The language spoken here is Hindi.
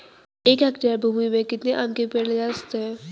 एक हेक्टेयर भूमि में कितने आम के पेड़ लगाए जा सकते हैं?